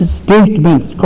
statements